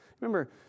Remember